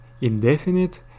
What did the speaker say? indefinite